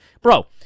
Bro